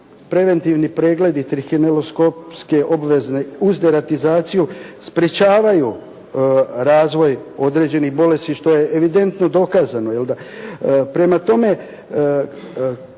preventivni pregledi trihineloskopske obvezne uz deratizaciju sprječavaju razvoj određenih bolesti, što je evidentno dokazano. Prema tome,